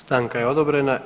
Stanka je odobrena.